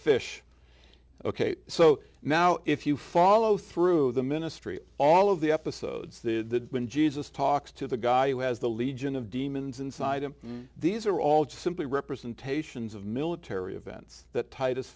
fish ok so now if you follow through the ministry all of the episodes the when jesus talks to the guy who has the legion of demons inside him these are all just simply representations of military the events that titus